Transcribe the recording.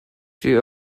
die